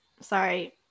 Sorry